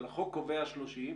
אבל החוק קובע 30,